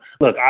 Look